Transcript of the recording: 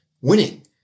Winning